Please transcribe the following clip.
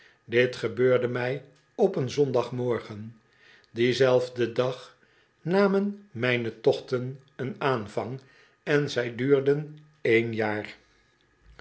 dit gebeurde mij op een zondagmorgen dienzelfden dag namen mijne tochten een aanvang en zij duurden één jaar